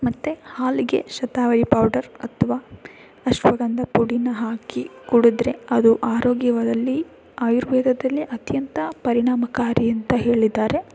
ಮತ್ತು ಹಾಲಿಗೆ ಶತಾವರಿ ಪೌಡರ್ ಅಥವಾ ಅಶ್ವಗಂಧ ಪುಡಿನ ಹಾಕಿ ಕುಡಿದ್ರೆ ಅದು ಆರೋಗ್ಯವಾದಲ್ಲಿ ಆಯುರ್ವೇದದಲ್ಲಿ ಅತ್ಯಂತ ಪರಿಣಾಮಕಾರಿ ಅಂತ ಹೇಳಿದ್ದಾರೆ